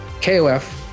KOF